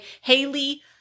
Haley